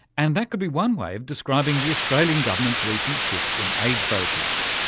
and that could be one way of describing the australian government's recent shift in aid focus.